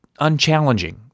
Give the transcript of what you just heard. unchallenging